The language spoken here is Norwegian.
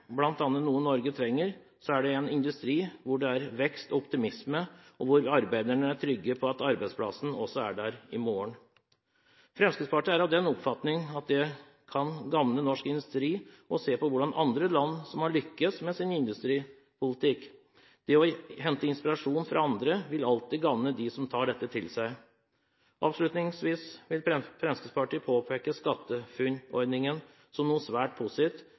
det noe Norge trenger, er det bl.a. en industri hvor det er vekst og optimisme, og hvor arbeiderne er trygge på at arbeidsplassen også er der i morgen. Fremskrittspartiet er av den oppfatning at det kan gagne norsk industri å se på andre land som har lyktes med sin industripolitikk. Det å hente inspirasjon fra andre vil alltid gagne dem som tar dette til seg. Avslutningsvis vil Fremskrittspartiet peke på SkatteFUNN-ordningen som noe svært positivt